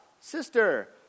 sister